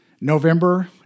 November